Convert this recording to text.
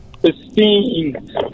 pristine